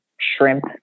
shrimp